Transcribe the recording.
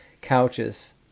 couches